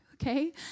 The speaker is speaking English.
okay